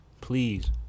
please